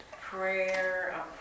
prayer